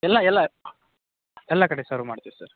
ಎಲ್ಲ ಎಲ್ಲ ಎಲ್ಲ ಕಡೆ ಸರ್ವ್ ಮಾಡ್ತೀವಿ ಸರ್